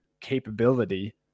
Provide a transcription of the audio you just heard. capability